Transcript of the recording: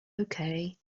okay